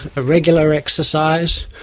regular exercise,